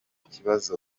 kibazo